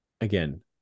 Again